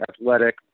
athletic